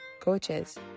coaches